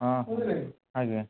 ହଁ ହଁ ଆଜ୍ଞା